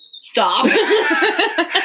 Stop